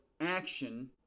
action